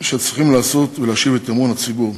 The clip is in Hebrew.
שצריכים לעשות ולהשיב את אמון הציבור.